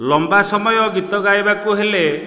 ଲମ୍ବା ସମୟ ଗୀତ ଗାଇବାକୁ ହେଲେ